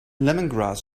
lemongrass